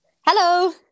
Hello